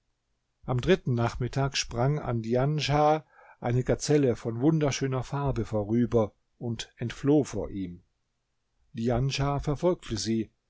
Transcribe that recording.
am dritten nachmittag sprang an djanschah eine gazelle von wunderschöner farbe vorüber und entfloh vor ihm djanschah verfolgte sie